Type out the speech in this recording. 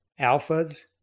Alphas